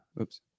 Oops